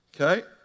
Okay